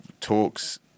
talks